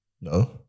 No